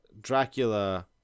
Dracula